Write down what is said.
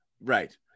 right